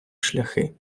шляхи